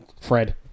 fred